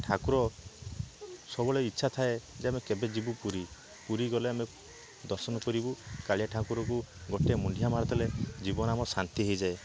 ଠାକୁର ସବୁବେଳେ ଇଛା ଥାଏ ଯେ ଆମେ କେବେ ଯିବୁ ପୁରୀ ପୁରୀ ଗଲେ ଆମେ ଦର୍ଶନ କରିବୁ କାଳିଆ ଠାକୁରକୁ ଗୋଟିଏ ମୁଣ୍ଡିଆ ମାରିଦେଲେ ଜୀବନ ଆମ ଶାନ୍ତି ହେଇଯାଏ